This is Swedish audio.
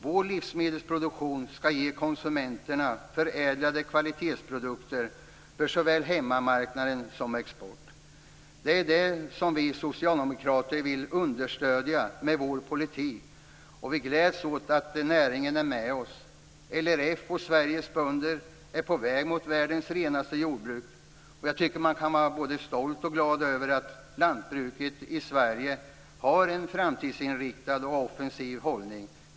Vår livsmedelsproduktion skall ge konsumenterna förädlade kvalitetsprodukter för såväl hemmamarknad som export. Det är det som vi socialdemokrater vill understödja med vår politik, och vi gläds åt att näringen är med oss. LRF och Sveriges bönder är på väg mot världens renaste jordbruk, och jag tycker att man kan vara både stolt och glad över att lantbruket i Sverige har en framtidsinriktad och offensiv hållning.